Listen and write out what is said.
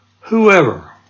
Whoever